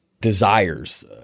desires